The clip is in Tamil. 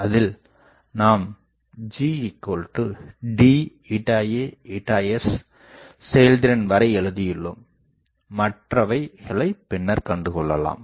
அதில் நாம் GD a sசெயல்திறன் வரை எழுதியுள்ளோம் மற்றவைகளைப் பின்னர்க் கண்டுகொள்ளலாம்